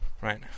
Right